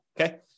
Okay